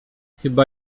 chyba